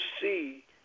see